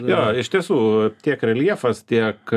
jo iš tiesų tiek reljefas tiek